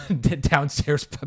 downstairs